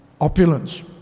opulence